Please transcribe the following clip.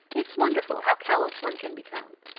it's wonderful how callous one can become.